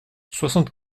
soixante